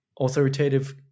authoritative